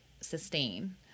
sustain